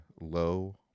low